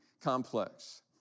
complex